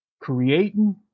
creating